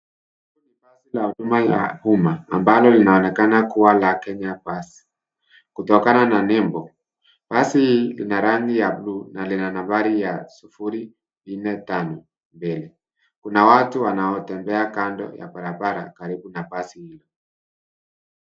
Basi la huduma ya umma ambalo linaonekana kuwa la kenya bus, kutokana na nembo. Basi lina rangi ya bluu na lina nambari ya sufuri ine tano mbele. Kuna watu wanaotembea kando ya barabara karibu na basi hilo.